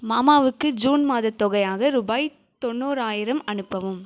மாமாவுக்கு ஜூன் மாதத் தொகையாக ரூபாய் தொண்ணூறாயிரம் அனுப்பவும்